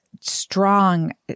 strong